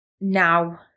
now